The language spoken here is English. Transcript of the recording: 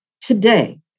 Today